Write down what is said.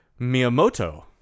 Miyamoto